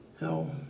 no